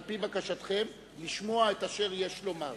על-פי בקשתכם, לשמוע את אשר יש לומר.